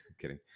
kidding